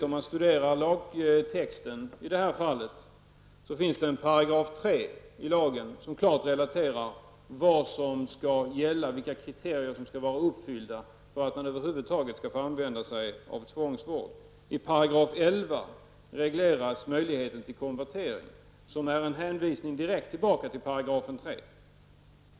Om man studerar lagtexten finner man att § 3 i lagen klart relaterar vad som gäller och vilka kriterier som skall vara uppfyllda för att man över huvud taget skall få använda sig av tvångsvård. I § 11 regleras möjligheten till konvertering, som är en direkt hänvisning till § 3.